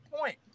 point